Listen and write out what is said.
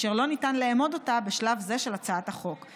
ולא ניתן לאמוד אותה בשלב זה של הצעת החוק,